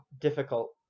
difficult